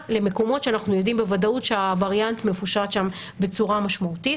למקומות שאנחנו יודעים בוודאות שהווריאנט מפושט שם בצורה משמעותית.